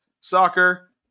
soccer